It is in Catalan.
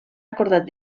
acordat